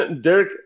Derek